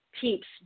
peeps